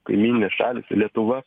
kaimyninės šalys lietuva